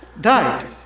died